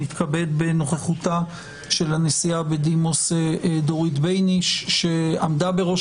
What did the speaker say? נתכבד בנוכחותה של הנשיאה בדימוס דורית בייניש שעמדה בראש